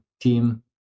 team